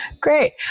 great